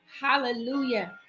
hallelujah